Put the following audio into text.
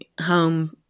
home